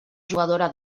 jugadora